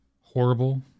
horrible